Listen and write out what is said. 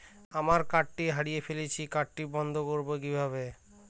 আমার কার্ডটি হারিয়ে ফেলেছি কার্ডটি বন্ধ করব কিভাবে?